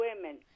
women